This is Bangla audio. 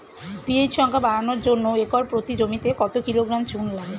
পি.এইচ সংখ্যা বাড়ানোর জন্য একর প্রতি জমিতে কত কিলোগ্রাম চুন লাগে?